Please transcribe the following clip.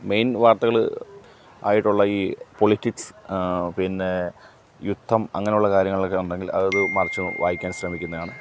main വാർത്തകൾ ആയിട്ടുള്ള ഈ പൊളിടിക്സ് പിന്നെ യുദ്ധം അങ്ങനെയുള്ള കാര്യങ്ങളൊക്കെ ഉണ്ടെങ്കിൽ അത് മറിച്ച് നോക്കി വായിക്കാൻ ശ്രമിക്കുന്നതാണ്